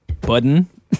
Button